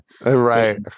right